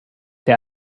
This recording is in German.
der